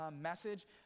message